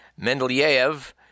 Mendeleev